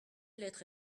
lettres